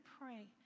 pray